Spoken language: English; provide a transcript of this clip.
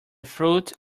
fruit